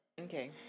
Okay